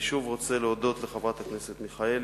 אני שוב רוצה להודות לחברת הכנסת מיכאלי.